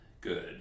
good